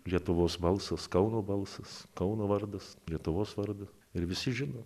lietuvos balsas kauno balsas kauno vardas lietuvos vardas ir visi žino